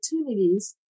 opportunities